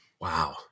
Wow